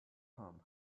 him